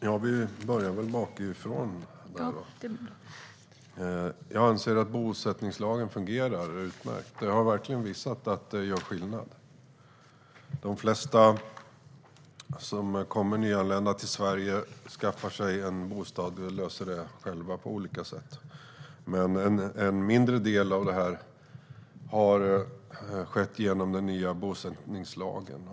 Herr talman! Jag börjar bakifrån med att säga att jag anser att bosättningslagen fungerar utmärkt. Den har verkligen visat sig göra skillnad. De flesta som kommer som nyanlända till Sverige skaffar sig en bostad själva på olika sätt, men en mindre del har skett genom den nya bosättningslagen.